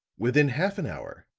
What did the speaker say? within half an hour,